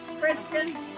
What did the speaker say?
Christian